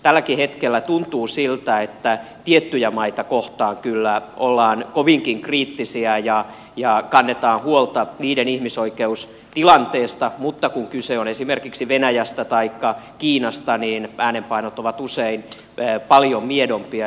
tälläkin hetkellä tuntuu siltä että tiettyjä maita kohtaan kyllä ollaan kovinkin kriittisiä ja kannetaan huolta niiden ihmisoikeustilanteesta mutta kun kyse on esimerkiksi venäjästä taikka kiinasta niin äänenpainot ovat usein paljon miedompia